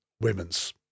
women's